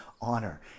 honor